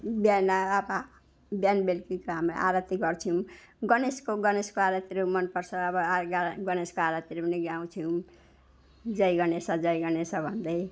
बिहान अब बिहान बेलुकीको हामी आरती गर्छौँ गणेशको गणेशको आरतीहरू मन पर्छ अब ग आ गणेशको आरतीहरू पनि गाउँछौँ जय गणेश जय गणेश भन्दै